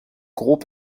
grob